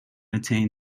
attain